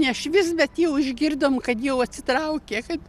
nešvist bet jau išgirdom kad jau atsitraukė kad